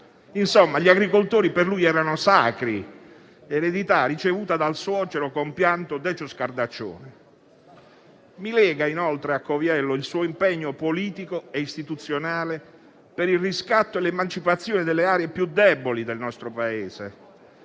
Gli agricoltori per lui erano sacri, eredità ricevuta dal suocero compianto Decio Scardaccione. Mi lega inoltre a Coviello il suo impegno politico e istituzionale per il riscatto e l'emancipazione delle aree più deboli del nostro Paese.